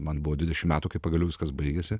man buvo dvidešim metų kai pagaliau viskas baigėsi